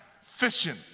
fishing